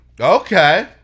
Okay